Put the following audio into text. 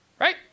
right